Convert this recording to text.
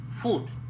food